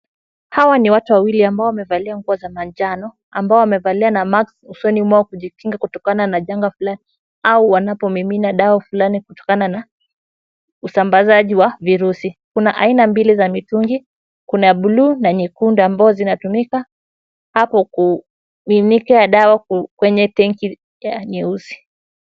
Hawa ni watu wawili ambao wamevaa sare za manjano wakiwa wamevalia mask kutokana na janga au wanapomimina dawa fulani kutokana na usambazaji wa virusi. Kuna aina mbili ya mitungi. Kuna buluu na nyekundu ambayo inatumika kumimina dawa kwenye tanki nyeusi